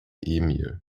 emil